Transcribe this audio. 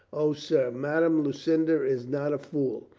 o, sir, madame lucinda is not a fool.